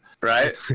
Right